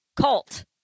Colt